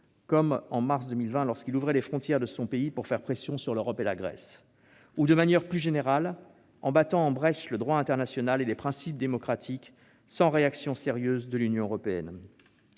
comme en mars 2020, lorsqu'il ouvrait les frontières de son pays pour faire pression sur l'Europe et la Grèce -, ou de manière plus générale en battant en brèche le droit international et les principes démocratiques, sans réaction sérieuse de l'Union européenne.